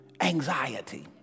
Anxiety